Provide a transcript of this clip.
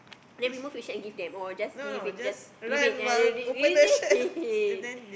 then we move we shan't give them or just leave it just leave it and ready is it